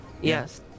Yes